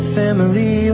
family